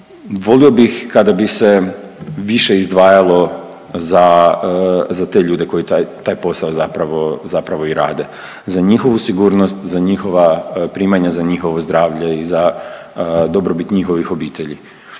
Volio bih kada bi se više izdvajalo za, za te ljude koji taj, taj posao zapravo, zapravo i rade, za njihovu sigurnost, za njihova primanja, za njihovo zdravlje i za dobrobit njihovih obitelji.